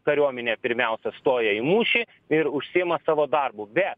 kariuomenė pirmiausia stoja į mūšį ir užsiima savo darbu bet